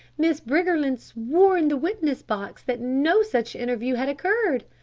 miss briggerland swore in the witness-box that no such interview had occurred.